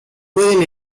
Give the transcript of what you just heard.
pueden